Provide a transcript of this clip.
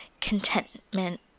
contentment